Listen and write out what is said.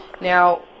Now